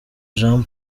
jean